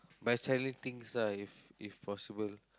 by selling things lah if if possible